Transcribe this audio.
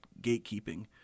gatekeeping